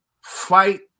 fight